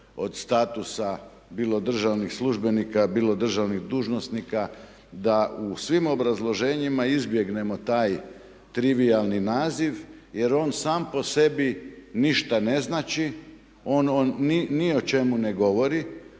od statusa bilo državnih službenika, bilo državnih dužnosnika da u svim obrazloženjima izbjegnemo taj trivijalni naziv jer on sam po sebi ništa ne znači, on ni o čemu ne govori.